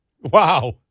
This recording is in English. Wow